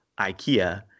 Ikea